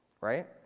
Right